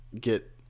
get